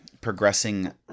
progressing